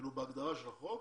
בהגדרה של החוק,